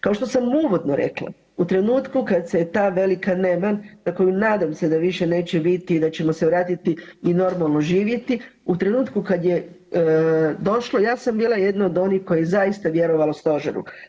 Kao što sam uvodno rekla u trenutku kada se je ta velika neman za koju nadam se da više neće biti i da ćemo se vratiti i normalno živjeti, u trenutku kad je došlo ja sam bila jedna od onih koja je zaista vjerovala Stožeru.